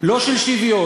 לא של שוויון,